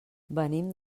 venim